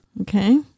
Okay